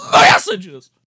messages